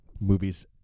movies